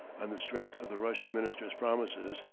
on the strength of the russian minister's promises,